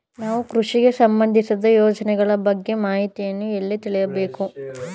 ನಾವು ಕೃಷಿಗೆ ಸಂಬಂದಿಸಿದ ಯೋಜನೆಗಳ ಬಗ್ಗೆ ಮಾಹಿತಿಯನ್ನು ಎಲ್ಲಿ ತಿಳಿಯಬೇಕು?